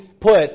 put